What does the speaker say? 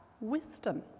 wisdom